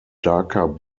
darker